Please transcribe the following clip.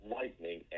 lightning